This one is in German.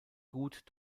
gut